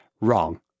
wrong